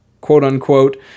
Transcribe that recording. quote-unquote